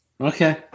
Okay